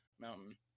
mountain